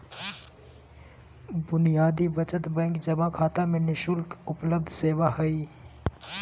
बुनियादी बचत बैंक जमा खाता में नि शुल्क उपलब्ध सेवा हइ